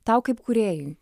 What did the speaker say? tau kaip kūrėjui